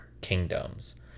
kingdoms